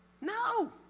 No